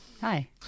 Hi